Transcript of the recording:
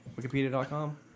Wikipedia.com